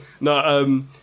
No